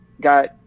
got